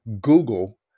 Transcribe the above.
Google